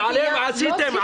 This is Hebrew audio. עליהם עשיתם,